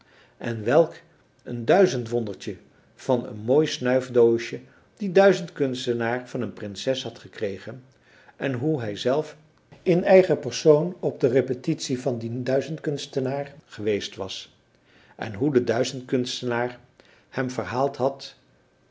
en welk een duizendwondertje van een mooi snuifdoosje die duizendkunstenaar van een prinses had gekregen en hoe hij zelf in eigen persoon op de repetitie van dien duizendkunstenaar geweest was en hoe de duizendkunstenaar hem verhaald had